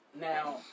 Now